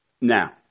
Now